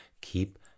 keep